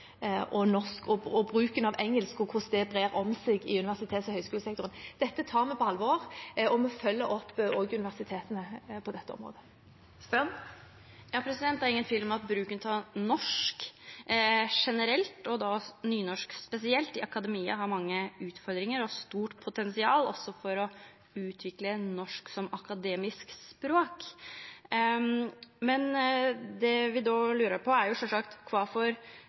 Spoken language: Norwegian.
i universitets- og høyskolesektoren. Dette tar vi på alvor, og vi følger også opp universitetene på dette området. Det er ingen tvil om at bruken av norsk generelt, og nynorsk spesielt, i akademia har mange utfordringar og stort potensial for å utvikla norsk som akademisk språk. Det vi då lurer på, er sjølvsagt kva forventningar vi kan ha til den nye språklova, som skal ta vare på dei prinsippa vi legg til grunn, og som gjer at studentane finn lovheimel for